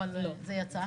-- אבל זה יצא.